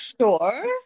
Sure